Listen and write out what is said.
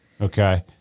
Okay